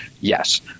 Yes